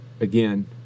again